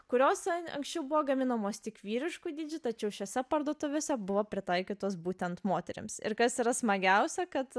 kurios an anksčiau buvo gaminamos tik vyriškų dydžių tačiau šiose parduotuvėse buvo pritaikytos būtent moterims ir kas yra smagiausia kad